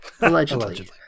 Allegedly